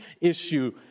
issue